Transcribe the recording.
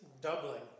doubling